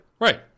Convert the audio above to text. Right